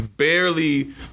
Barely